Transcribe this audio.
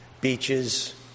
beaches